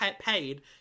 paid